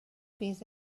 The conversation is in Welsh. bydd